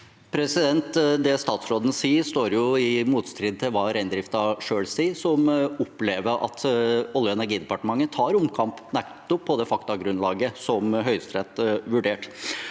Det statsråden sier, står i motstrid til hva reindriften selv sier, som opplever at Olje- og energidepartementet tar omkamp nettopp på det faktagrunnlaget som Høyesterett vurderte.